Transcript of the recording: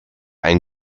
ein